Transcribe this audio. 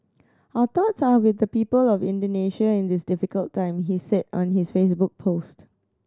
our thoughts are with the people of Indonesia in this difficult time he said on his Facebook post